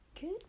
Good